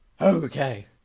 Okay